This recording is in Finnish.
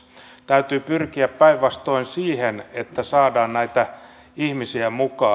täytyy pyrkiä päinvastoin siihen että saadaan näitä ihmisiä mukaan